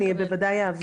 אני בוודאי אעביר.